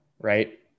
Right